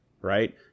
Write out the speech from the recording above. right